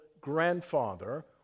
grandfather